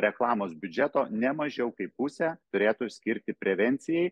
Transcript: reklamos biudžeto ne mažiau kaip pusę turėtų skirti prevencijai